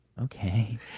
Okay